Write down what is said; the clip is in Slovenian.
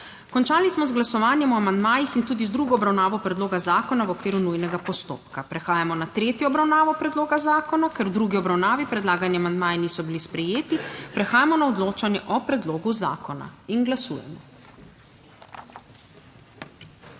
Končali smo z glasovanjem o amandmajih in tudi z drugo obravnavo predloga zakona v okviru nujnega postopka. Prehajamo na tretjo obravnavo predloga zakona. Ker v drugi obravnavi predlagani amandmaji niso bili sprejeti, prehajamo na odločanje o predlogu zakona. Glasujemo.